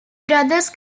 brothers